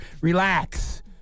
relax